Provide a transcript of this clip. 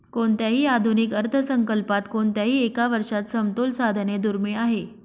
कोणत्याही आधुनिक अर्थसंकल्पात कोणत्याही एका वर्षात समतोल साधणे दुर्मिळ आहे